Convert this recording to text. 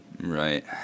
Right